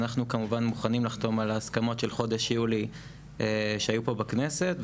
אנחנו כמובן מוכנים לחתום על ההסכמות של חודש יולי שהיו פה בכנסת,